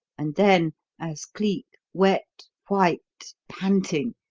and then as cleek, wet, white, panting,